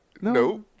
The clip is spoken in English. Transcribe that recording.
Nope